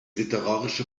literarische